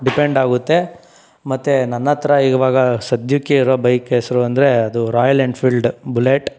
depend ಆಗುತ್ತೆ ಮತ್ತು ನನ್ನ ಹತ್ರ ಇವಾಗ ಸದ್ಯಕ್ಕೆ ಇರೋ ಬೈಕ್ ಹೆಸ್ರು ಅಂದರೆ ಅದು ರಾಯಲ್ ಎನ್ಫೀಲ್ಡ್ ಬುಲೆಟ್